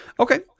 Okay